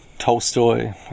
Tolstoy